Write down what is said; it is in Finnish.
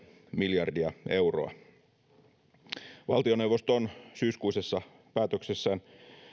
miljardia euroa valtioneuvosto on syyskuisessa päätöksessään